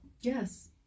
yes